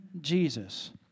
Jesus